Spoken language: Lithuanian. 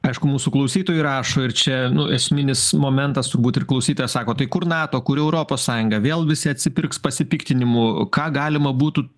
aišku mūsų klausytojai rašo ir čia nu esminis momentas turbūt ir klausytojas sako tai kur nato kur europos sąjunga vėl visi atsipirks pasipiktinimu ką galima būtų